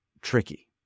tricky